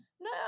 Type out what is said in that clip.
no